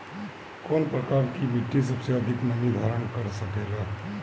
कौन प्रकार की मिट्टी सबसे अधिक नमी धारण कर सकेला?